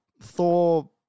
Thor